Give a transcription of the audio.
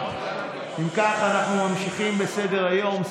אם כך, אנחנו ממשיכים בסדר-היום.